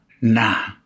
Nah